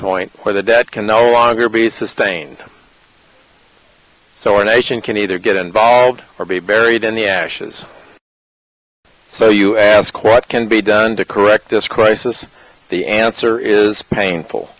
point where the debt can no longer be sustained so our nation can either get involved or be buried in the ashes so you ask what can be done to correct this crisis the answer is painful